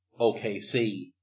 OKC